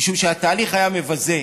משום שהתהליך היה מבזה.